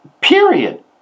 Period